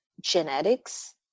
genetics